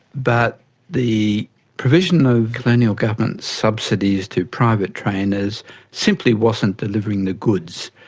but the provision of colonial government subsidies to private trainers simply wasn't delivering the goods.